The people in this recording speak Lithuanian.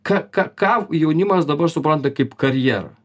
ką ką ką jaunimas dabar supranta kaip karjerą